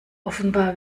offenbar